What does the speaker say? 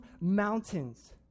mountains